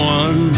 one